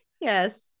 Yes